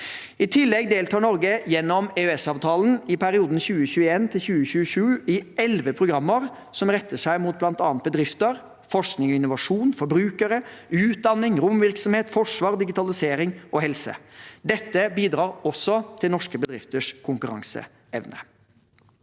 I tillegg deltar Norge gjennom EØS-avtalen i perioden 2021–2027 i elleve programmer som retter seg mot bl.a. bedrifter, forskning og innovasjon, forbrukere, utdanning, romvirkvirksomhet, forsvar, digitalisering og helse. Dette bidrar også til norske bedrifters konkurranseevne.